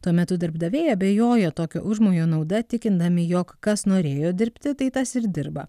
tuo metu darbdaviai abejoja tokio užmojo nauda tikindami jog kas norėjo dirbti tai tas ir dirba